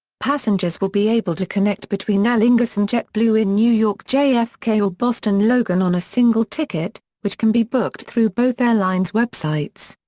passengers will be able to connect between aer lingus and jetblue in new york jfk or boston logan on a single ticket, which can be booked through both airlines' websites.